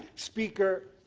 speaker,